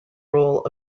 role